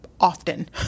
Often